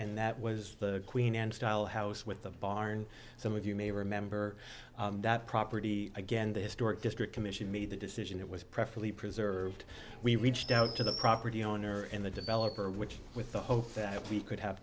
and that was the queen anne style house with a barn some of you may remember that property again the historic district commission made the decision that was preferably preserved we reached out to the property owner and the developer which with the hope that we could have